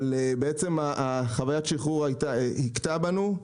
אבל בעצם חווית השחרור הכתה בנו,